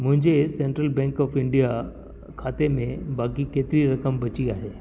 मुंहिंजे central bank of India खाते में बाक़ी केतिरी रक़म बची आहे